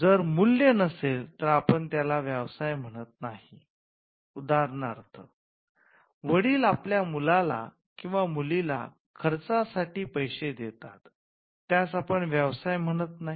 जर मूल्य नसेल तर आपण त्याला व्यवसाय म्हणत नाही उदाहरणार्थ वडील आपल्या मुलांला किंवा मुलीला खर्चासाठी पैसे देतात त्यास आपण व्यवसाय म्हणत नाही